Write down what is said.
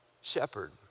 shepherd